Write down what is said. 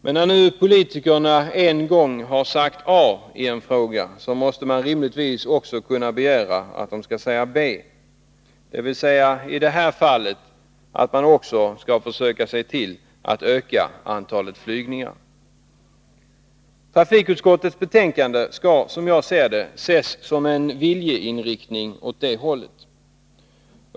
Men när nu politikerna en gång har sagt A i en fråga, måste de rimligtvis också säga B, dvs. i det här fallet försöka se till att öka antalet flygningar. Trafikutskottets betänkande skall, som jag ser det, ses som en viljeinriktning åt det hållet.